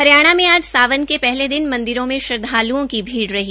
हरियाणा में आज सावन के पहले दिन मंदिरों में श्रद्वाल्ओं की भीड़ रही